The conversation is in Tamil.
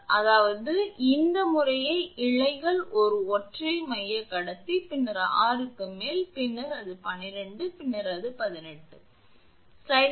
அதாவது இது முறையே இழைகள் இது ஒற்றை மையக் கடத்தி பின்னர் 6 க்கு மேல் பின்னர் அந்த 12 க்கு பின்னர் அந்த 18 க்கு